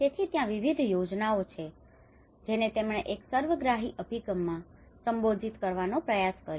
તેથી ત્યાં વિવિધ યોજનાઓ છે જેને તેમણે એક સર્વગ્રાહી અભિગમમાં સંબોધિત કરવાનો પ્રયાસ કર્યો